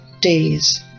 days